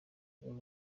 nibo